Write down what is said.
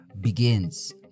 begins